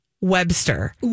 Webster